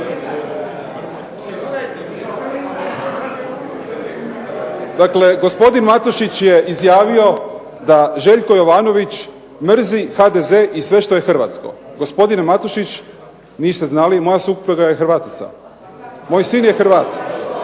Dakle, gospodin Matušić je izjavio da Željko Jovanović mrzi HDZ i sve što je hrvatsko. Gospodine Matušić niste znali moja supruga je Hrvatica, moj sin je Hrvat